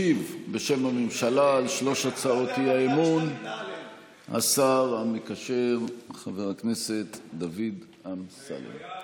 ישיב בשם הממשלה על שלוש הצעות האי-אמון השר המקשר חבר הכנסת דוד אמסלם.